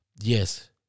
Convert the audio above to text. Yes